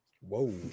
Whoa